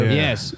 yes